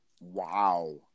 Wow